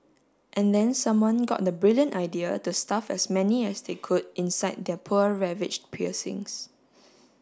and then someone got the brilliant idea to stuff as many as they could inside their poor ravaged piercings